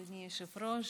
אדוני היושב-ראש,